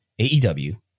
AEW